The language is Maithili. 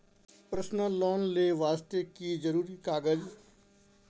पर्सनल लोन ले वास्ते की जरुरी कागज?